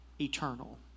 eternal